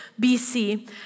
BC